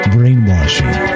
Brainwashing